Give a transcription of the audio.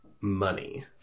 money